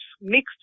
mixed